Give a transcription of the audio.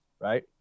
Right